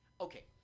Okay